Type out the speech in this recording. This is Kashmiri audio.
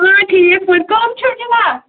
آ ٹھیٖک پٲٹھۍ کَم چھِو